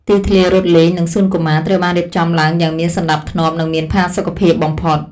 ទីធ្លារត់លេងនិងសួនកុមារត្រូវបានរៀបចំឡើងយ៉ាងមានសណ្តាប់ធ្នាប់និងមានផាសុកភាពបំផុត។